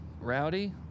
rowdy